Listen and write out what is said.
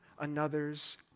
another's